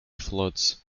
floods